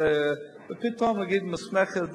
ופתאום להגיד "מוסמכת",